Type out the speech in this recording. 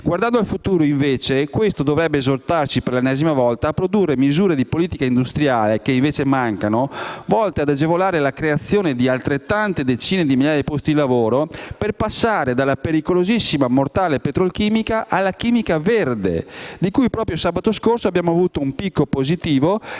Guardando al futuro, invece, questo dovrebbe esortarci per l'ennesima volta a produrre misure di politica industriale - che invece mancano - volte ad agevolare la creazione di altrettante decine di migliaia di posti di lavoro per passare dalla pericolosissima, mortale, petrolchimica alla chimica verde, di cui proprio sabato scorso abbiamo avuto un picco positivo